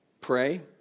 Pray